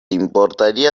importaría